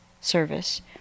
service